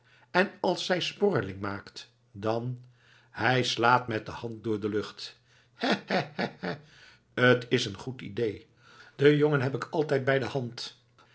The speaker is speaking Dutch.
en als zij sporreling maakt dan hij slaat met de hand door de lucht hè hè hè hè t is een goed idee den jongen heb ik altijd bij de hand